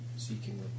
Seeking